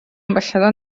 ambaixador